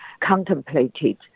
contemplated